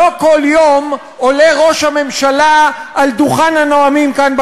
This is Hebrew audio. לא כל יום עולה ראש הממשלה על דוכן הנואמים כאן,